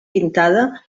pintada